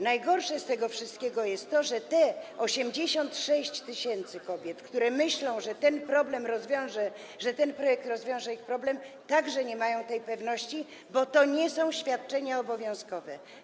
Najgorsze z tego wszystkiego jest to, że te 86 tys. kobiet, które myślą, że ten projekt rozwiąże ich problem, także nie ma tej pewności, bo to nie są świadczenia obowiązkowe.